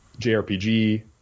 jrpg